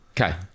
Okay